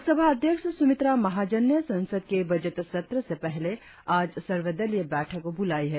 लोकसभा अध्यक्ष सुमित्रा महाजन ने संसद के बजट सत्र से पहले आज सर्वदलीय बैठक ब्रलाई है